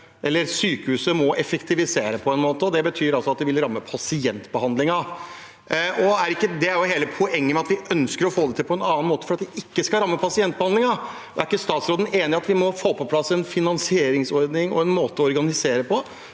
at sykehuset må effektivisere på en måte, og det betyr at det vil ramme pasientbehandlingen. Hele poenget er jo at vi ønsker å få det til på en annen måte, sånn at det ikke skal ramme pasientbehandlingen. Er ikke statsråden enig i at vi må få på plass en finansieringsordning og en måte å organisere det